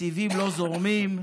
תקציבים לא זורמים,